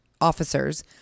officers